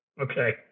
Okay